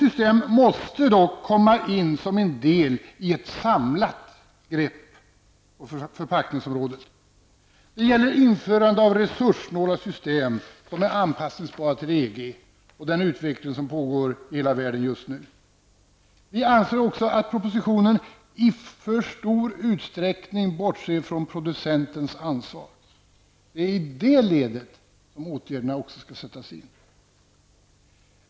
Men det måste komma in som en del i ett samlat grepp på förpackningsområdet. Det gäller införande av resurssnåla system som är anpassningsbara till EG och den utveckling som pågår i hela världen just nu. Vi anser också att propositionen i för stor utsträckning bortser från producentens ansvar. Det är i det ledet som åtgärder också måste sättas in.